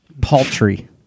Paltry